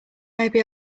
maybe